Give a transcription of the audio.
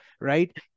right